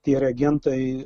tie reagentai